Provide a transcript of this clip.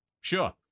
Sure